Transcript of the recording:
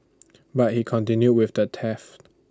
but he continued with the theft